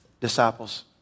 disciples